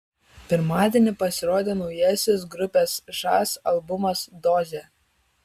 pirmadienį pasirodė naujasis grupės žas albumas dozė